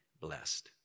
blessed